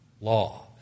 law